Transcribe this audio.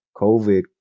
COVID